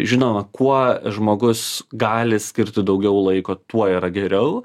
žinoma kuo žmogus gali skirti daugiau laiko tuo yra geriau